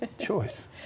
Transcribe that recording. choice